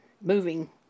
moving